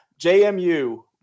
JMU